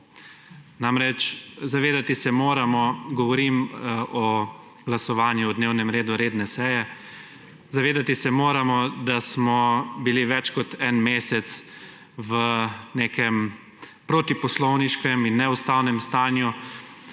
Namreč zavedati se moramo, govorim o glasovanju o dnevnem redu redne seje. Zavedati se moramo, da smo bili več kot en mesec v nekem proti poslovniškem in neustavnem stanju